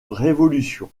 révolution